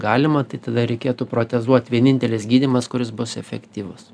galima tai tada reikėtų protezuot vienintelis gydymas kuris bus efektyvus